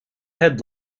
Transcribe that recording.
had